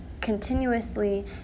continuously